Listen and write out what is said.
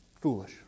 Foolish